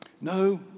No